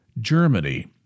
Germany